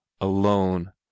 alone